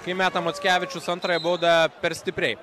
kai meta mockevičius antrąją baudą per stipriai